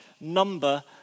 number